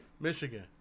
Michigan